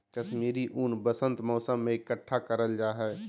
कश्मीरी ऊन वसंत मौसम में इकट्ठा करल जा हय